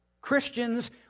Christians